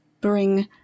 bring